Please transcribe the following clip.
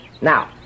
Now